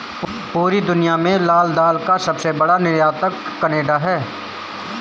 पूरी दुनिया में लाल दाल का सबसे बड़ा निर्यातक केनेडा है